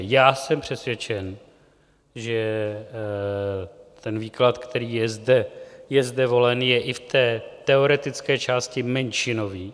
Já jsem přesvědčen, že ten výklad, který je zde volen, je i v té teoretické části menšinový.